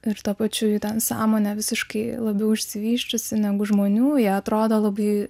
ir tuo pačiu jų ten sąmonė visiškai labiau išsivysčiusi negu žmonių jie atrodo labai